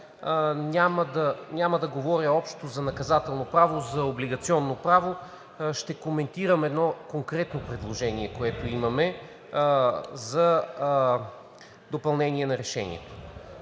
Няма да говоря общо за наказателно право, за облигационно право. Ще коментирам едно конкретно предложение, което имаме за допълнение на Решението.